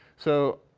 so